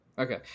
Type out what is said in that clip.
Okay